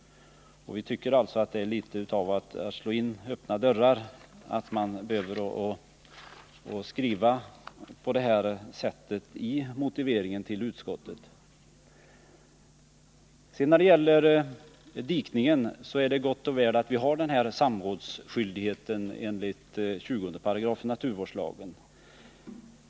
Vi tycker nog att utskottets motivering är litet av att slå in öppna dörrar. När det gäller dikningen är det gott och väl att vi nu har samrådsskyldigheten enligt 20 § naturvårdslagen.